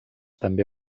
també